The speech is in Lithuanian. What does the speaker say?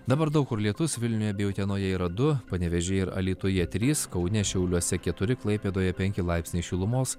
dabar daug kur lietus vilniuje bei utenoje yra du panevėžyje ir alytuje trys kaune šiauliuose keturi klaipėdoje penki laipsniai šilumos